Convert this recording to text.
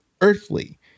earthly